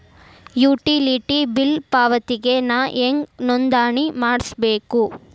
Utility bill ಪಾವತಿಗೆ ನಾ ಹೆಂಗ್ ನೋಂದಣಿ ಮಾಡ್ಸಬೇಕು?